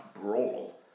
brawl